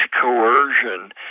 coercion